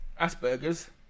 Asperger's